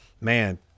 man